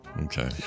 okay